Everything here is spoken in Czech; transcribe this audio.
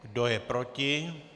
Kdo je proti?